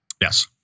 Yes